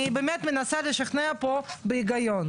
אני באמת מנסה לשכנע פה בהגיון,